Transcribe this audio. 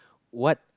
what